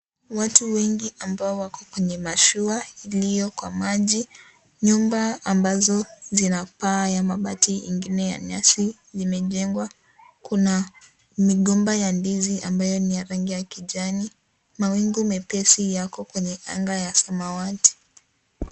Watu wengi ambao wako kwenye mashua iliyo kwa maji, nyumba ambazo zina paa ya mabati ingine ya nyasi zimejengwa, kuna migomba ya ndizi ambayo ni ya rangi ya kijani. Mawingu mepesi yako kwenye anga ya samawati.